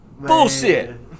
Bullshit